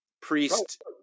priest